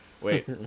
Wait